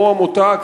כמו עמותה,